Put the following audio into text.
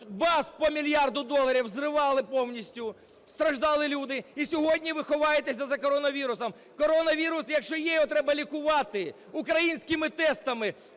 баз по мільярду доларів, зривали повністю, страждали люди, і сьогодні ви ховаєтесь за коронавірусом. Коронавірус, якщо є, його треба лікувати українськими тестами.